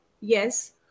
yes